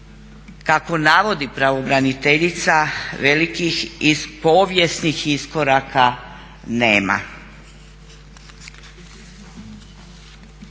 kako navodi pravobraniteljica velikih i povijesnih iskoraka nema.